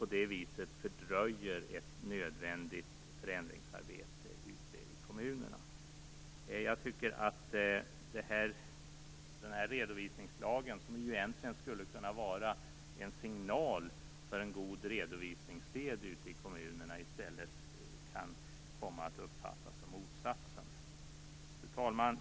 På det viset fördröjs ett nödvändigt förändringsarbete ute i kommunerna. Jag menar att redovisningslagen, som egentligen skulle kunna vara en signal för en god redovisningssed ute i kommunerna, i stället kan komma att uppfattas som motsatsen? Fru talman!